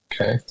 Okay